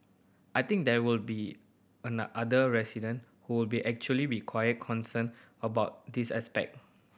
I think there will be a other resident who will be actually require concerned about this aspect